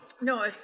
No